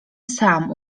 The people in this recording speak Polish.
sam